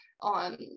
on